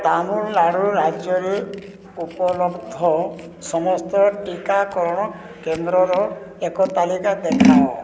ତାମିଲନାଡ଼ୁ ରାଜ୍ୟରେ ଉପଲବ୍ଧ ସମସ୍ତ ଟିକାକରଣ କେନ୍ଦ୍ରର ଏକ ତାଲିକା ଦେଖାଅ